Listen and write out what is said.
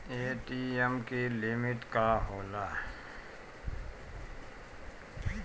ATM की limit का होला?